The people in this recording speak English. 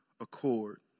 accord